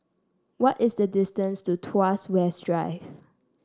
what is the distance to Tuas West Drive